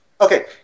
okay